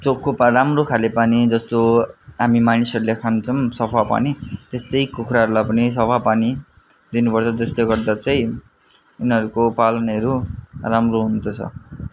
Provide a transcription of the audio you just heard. चोखो पा राम्रो खाले पानी जस्तो हामी मानिसहरूले खान्छौँ सफा पानी त्यस्तै कुखुराहरूलाई पनि सफा पानी दिनुपर्छ त्यसले गर्दा चाहिँ उनीहरूको पाल्नेहरू राम्रो हुँदछ